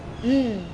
mmhmm